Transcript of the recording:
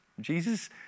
Jesus